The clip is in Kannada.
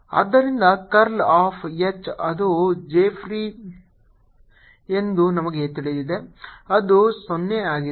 ಆದ್ದರಿಂದ ಕರ್ಲ್ ಆಫ್ H ಅದು J ಫ್ರೀ ಎಂದು ನಮಗೆ ತಿಳಿದಿದೆ ಅದು 0 ಆಗಿದೆ